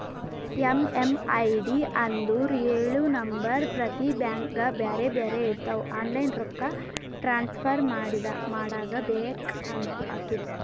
MMID ಅಂದುರ್ ಎಳು number ಪ್ರತಿ ಬ್ಯಾಂಕ್ಗ ಬ್ಯಾರೆ ಬ್ಯಾರೆ ಇರ್ತಾವ್ ಆನ್ಲೈನ್ ರೊಕ್ಕಾ ಟ್ರಾನ್ಸಫರ್ ಮಾಡಾಗ ಬೇಕ್ ಆತುದ